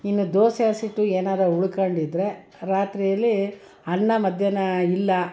ಇನ್ನು ದೋಸೆ ಹಸಿಟ್ಟು ಏನಾದ್ರೂ ಉಳ್ಕೊಂಡಿದ್ದರೆ ರಾತ್ರಿಯಲ್ಲಿ ಅನ್ನ ಮಧ್ಯಾಹ್ನ ಇಲ್ಲ